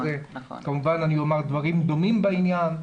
כמובן שאומר דברים דומים בעניין.